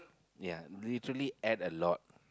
ya they literally ate a lot